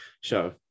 show